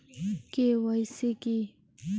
KYC কী?